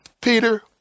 Peter